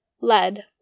Lead